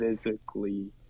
physically